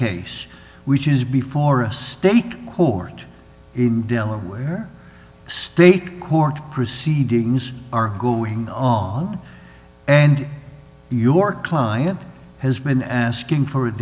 case which is before a state court in delaware state court proceedings are going on and your client has been asking for